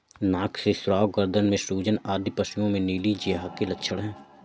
नाक से स्राव, गर्दन में सूजन आदि पशुओं में नीली जिह्वा के लक्षण हैं